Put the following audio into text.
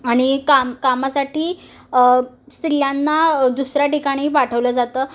आणि काम कामासाठी स्त्रियांना दुसऱ्या ठिकाणी पाठवलं जातं